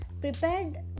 prepared